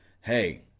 hey